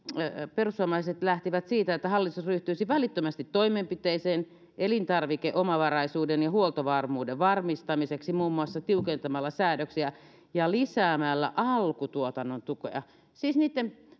perussuomalaiset lähtivät siitä että hallitus ryhtyisi välittömästi toimenpiteisiin elintarvikeomavaraisuuden ja huoltovarmuuden varmistamiseksi muun muassa tiukentamalla säädöksiä ja lisäämällä alkutuotannon tukea siis niitten